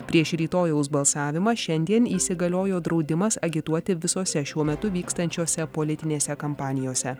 prieš rytojaus balsavimą šiandien įsigaliojo draudimas agituoti visose šiuo metu vykstančiose politinėse kampanijose